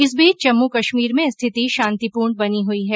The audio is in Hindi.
इस बीच जम्मू कश्मीर में स्थिति शांतिपूर्ण बनी हुई है